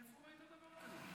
איפה ראית דבר כזה?